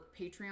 Patreon